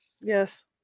Yes